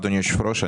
אדוני היושב-ראש,